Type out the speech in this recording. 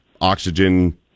oxygen